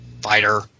fighter